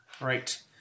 Right